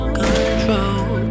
control